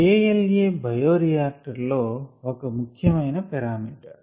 KLa bioreactor లో ఒక ముఖ్య మైన పారామీటర్